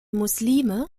muslime